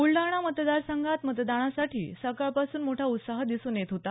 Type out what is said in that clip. ब्लडाणा मतदार संघात मतदानासाठी सकाळपासून मोठा उत्साह दिसून येत होता